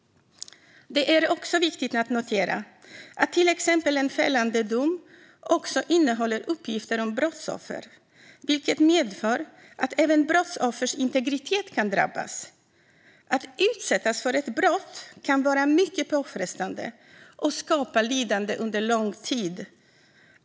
Det är viktigt att notera att till exempel en fällande dom också innehåller uppgifter om brottsoffer, vilket medför att även brottsoffers integritet kan drabbas. Att utsättas för ett brott kan vara mycket påfrestande och skapa lidande under lång tid.